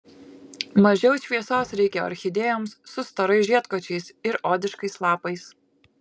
mažiau šviesos reikia orchidėjoms su storais žiedkočiais ir odiškais lapais